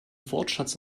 wortschatz